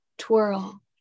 twirl